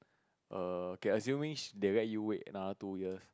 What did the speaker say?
err okay assuming they let you wait another two years